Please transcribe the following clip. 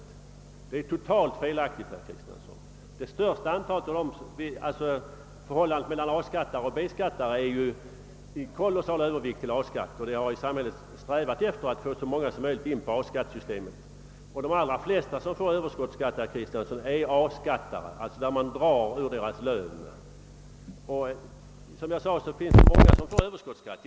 Detta är totalt felaktigt, herr Kristenson. Förhållandet härvidlag mellan A-skattare och B-skattare visar en kolossal övervikt för A-skattarna. Samhället har också strävat efter att få så många som möjligt in i A-skattesystemet. De allra flesta som erhåller överskottsskatt är alltså A-skattare, d. v. s. skatten dras på deras lön. Som jag nämnde är det många som får överskottsskatt.